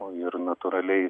o ir natūraliai